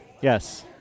Yes